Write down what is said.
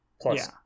plus